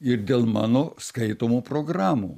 ir dėl mano skaitomų programų